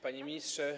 Panie Ministrze!